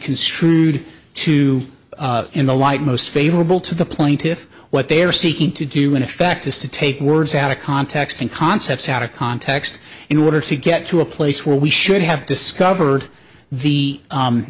construed to in the light most favorable to the plaintiffs what they are seeking to do in effect is to take words out of context and concepts out of context in order to get to a place where we should have discovered the